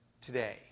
today